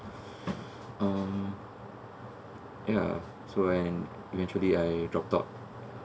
um ya so and eventually I dropped out